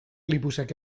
lipusek